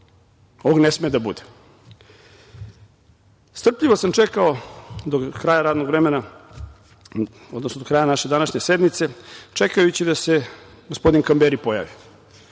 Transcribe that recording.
Ovog ne sme da bude. Strpljivo sam čekao do kraja radnog vremena, odnosno do kraja naše današnje sednice čekajući da se gospodin Kamberi pojavi.